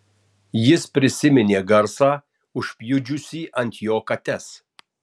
jis prisiminė garsą užpjudžiusį ant jo kates